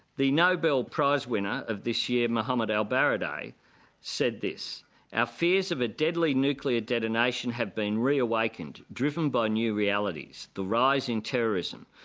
the nobel prize winner of this year mohamed elbaradei said this our fears of a deadly nuclear detonation have been reawakened driven by new realities. the rise in terrorism,